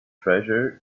treasure